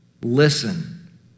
Listen